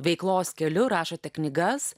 veiklos keliu rašote knygas